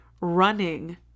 running